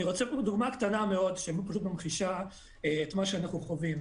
אני רוצה לתת פה דוגמה קטנה מאוד שפשוט ממחישה את מה שאנחנו חווים.